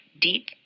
deep